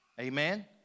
Amen